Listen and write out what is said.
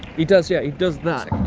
he does, yeah. he does that.